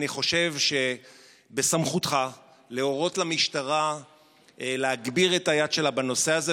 אני חושב שבסמכותך להורות למשטרה להגביר את היד שלה בנושא הזה.